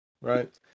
right